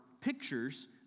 pictures